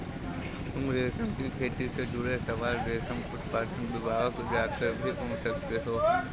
तुम रेशम की खेती से जुड़े सवाल रेशम उत्पादन विभाग जाकर भी पूछ सकते हो